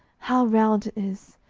how round it is!